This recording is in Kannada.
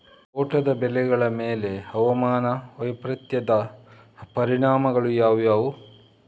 ತೋಟದ ಬೆಳೆಗಳ ಮೇಲೆ ಹವಾಮಾನ ವೈಪರೀತ್ಯದ ಪರಿಣಾಮಗಳು ಯಾವುವು?